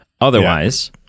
Otherwise